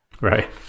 Right